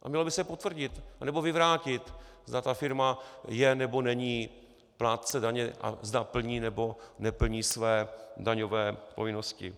A mělo by se potvrdit anebo vyvrátit, zda ta firma je, nebo není plátce daně a zda plní, nebo neplní své daňové povinnosti.